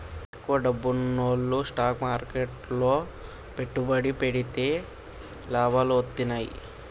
ఎక్కువ డబ్బున్నోల్లు స్టాక్ మార్కెట్లు లో పెట్టుబడి పెడితే లాభాలు వత్తన్నయ్యి